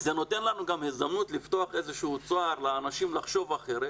זה נותן לנו גם הזדמנות לפתוח איזשהו צוהר לאנשים לחשוב אחרת